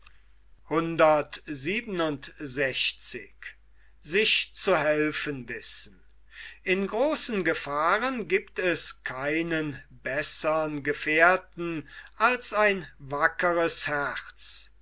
in großen gefahren giebt es keinen bessern gefährten als ein wackeres herz